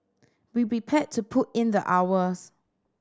be prepared to put in the hours